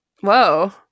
Whoa